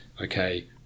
okay